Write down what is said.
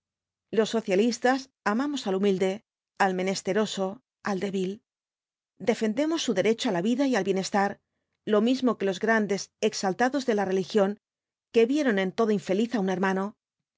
los socialistas amamos al humilde al menesteroso al débil defendemos su derecho á la vida y al bienestar lo mismo que los grandes exaltados de la religión que vieron en todo infeliz á un hermano